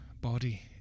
body